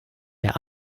wer